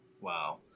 Wow